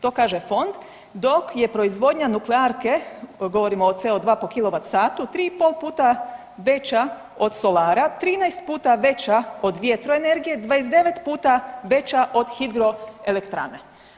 To kaže Fond, dok je proizvodnja nuklearke, govorimo o CO2 po kilovatsatu, 3,5 puta veća od solara, 13 puta veća od vjetroenergije, 29 puta veća od hidroelektrane.